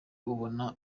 ubona